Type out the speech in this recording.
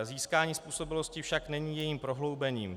Získání způsobilosti však není jejím prohloubením.